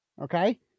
Okay